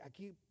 aquí